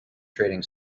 trading